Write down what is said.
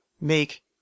make